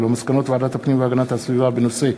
על מסקנות ועדת הפנים והגנת הסביבה בנושא: